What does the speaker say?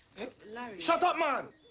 larry. shut up, man!